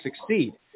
succeed